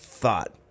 thought